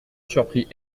surprit